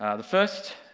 the first,